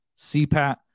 CPAT